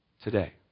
today